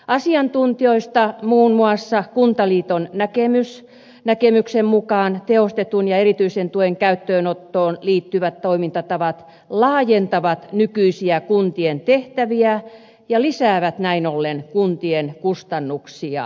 asiantuntijoista muun muassa kuntaliiton näkemyksen mukaan tehostetun ja erityisen tuen käyttöönottoon liittyvät toimintatavat laajentavat nykyisiä kuntien tehtäviä ja lisäävät näin ollen kuntien kustannuksia